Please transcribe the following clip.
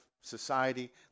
society